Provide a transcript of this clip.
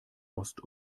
ost